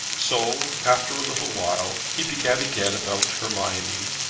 so after a little while he began again about hermione.